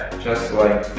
just like